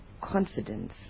confidence